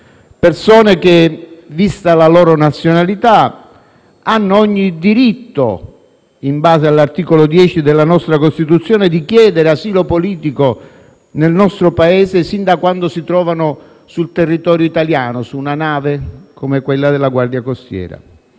persone che, vista la loro nazionalità, hanno ogni diritto, in base all'articolo 10 della nostra Costituzione, di chiedere asilo politico nel nostro Paese, sin da quando si trovano sul territorio italiano, su una nave come quella della Guardia costiera.